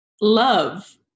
love